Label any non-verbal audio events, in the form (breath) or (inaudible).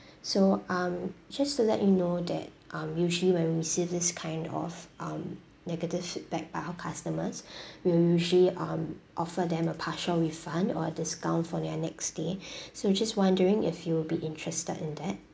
(breath) so um just to let you know that um usually when we receive this kind of um negative feedback by our customers (breath) we'll usually um offer them a partial refund or a discount for their next stay (breath) so just wondering if you'll be interested in that